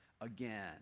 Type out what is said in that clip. again